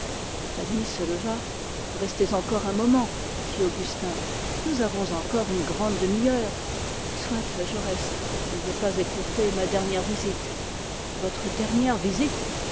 fanny se leva restez un moment fit augustin nous avons encore une demi-heure soit je reste je ne veux pas écourter ma dernière visite votre dernière visite